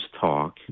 talk